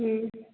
हुं